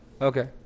Okay